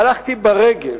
הלכתי ברגל